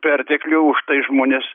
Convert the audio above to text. perteklių užtai žmonės